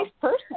person